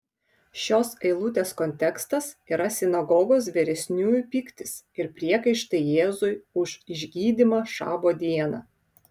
šios eilutės kontekstas yra sinagogos vyresniųjų pyktis ir priekaištai jėzui už išgydymą šabo dieną